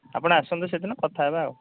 ଆପଣ ଆସନ୍ତୁ ସେଦିନ କଥା ହେବା ଆଉ